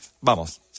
vamos